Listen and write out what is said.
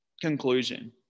conclusion